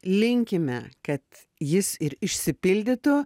linkime kad jis ir išsipildytų